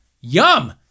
Yum